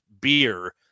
beer